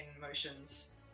motions